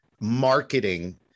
marketing